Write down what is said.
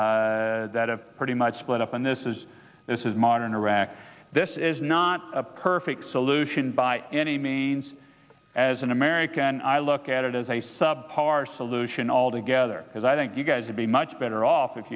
blocks pretty much split up and this is this is modern iraq this is not a perfect solution by any means as an american i look at it as a sub par solution altogether because i think you guys would be much better off if